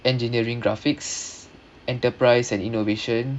engineering graphics enterprise and innovation